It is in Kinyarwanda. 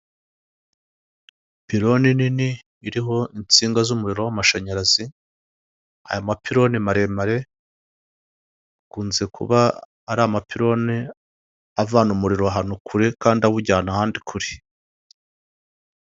Pironi nini iriho insinga z'umuriro w'amashanyarazi, aya mapironi maremare akunze kuba ari amapironi avana umuriro ahantu kure kandi awujyana ahandi kure.